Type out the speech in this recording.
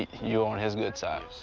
he, you're on his good side.